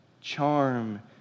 Charm